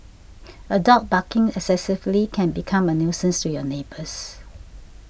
a dog barking excessively can become a nuisance to your neighbours